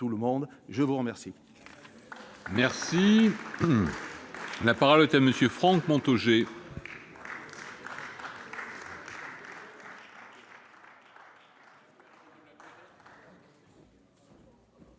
je vous remercie